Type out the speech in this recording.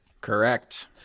Correct